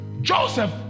Joseph